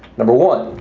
number one,